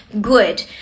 good